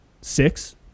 six